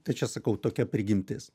tai čia sakau tokia prigimtis